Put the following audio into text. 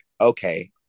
okay